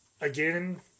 Again